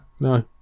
No